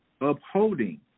Upholding